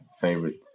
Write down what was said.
favorite